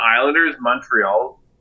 Islanders-Montreal